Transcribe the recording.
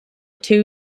two